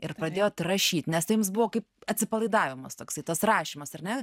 ir pradėjot rašyt nes tai jums buvo kaip atsipalaidavimas toksai tas rašymas ar ne